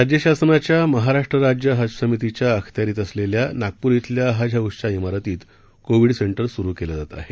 राज्य शासनाच्या महाराष्ट्र राज्य हज समितीच्या अखत्यारीत असलेल्या नागपूर इथल्या हज हाऊसच्या इमारतीत कोविड सेंटर सुरु केलं जात आहे